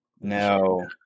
No